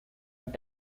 and